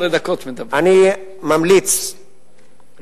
אני רוצה לסיים.